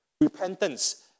Repentance